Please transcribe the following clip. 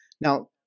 Now